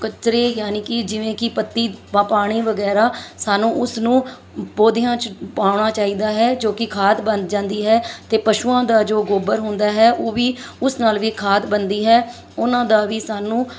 ਕਚਰੇ ਯਾਨੀ ਕਿ ਜਿਵੇਂ ਕਿ ਪੱਤੀ ਪਾ ਪਾਣੀ ਵਗੈਰਾ ਸਾਨੂੰ ਉਸ ਨੂੰ ਪੌਦਿਆਂ 'ਚ ਪਾਉਣਾ ਚਾਹੀਦਾ ਹੈ ਜੋ ਕਿ ਖਾਦ ਬਣ ਜਾਂਦੀ ਹੈ ਅਤੇ ਪਸ਼ੂਆਂ ਦਾ ਜੋ ਗੋਬਰ ਹੁੰਦਾ ਹੈ ਉਹ ਵੀ ਉਸ ਨਾਲ ਵੀ ਖਾਦ ਬਣਦੀ ਹੈ ਉਹਨਾਂ ਦਾ ਵੀ ਸਾਨੂੰ